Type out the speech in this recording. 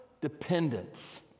dependence